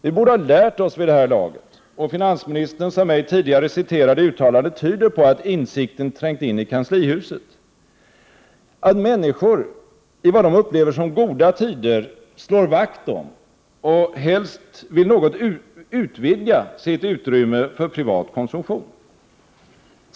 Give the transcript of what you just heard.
Vi borde ha lärt oss vid det här laget — och finansministerns av mig tidigare citerade uttalande tyder på att insikten trängt in i kanslihuset — att människor i vad de upplever som goda tider slår vakt om och helst vill något utvidga sitt utrymme för privat konsumtion.